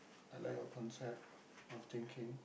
I like your concept of thinking